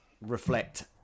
reflect